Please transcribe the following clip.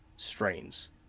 strains